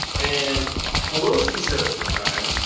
and pelosi said at the time,